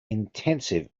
intensive